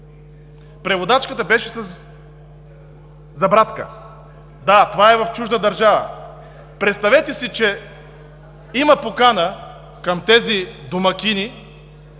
преводачката беше със забрадка. Да, това е в чужда държава. Представете си, че има покана към тези домакини